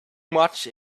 much